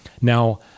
Now